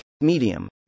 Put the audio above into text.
Medium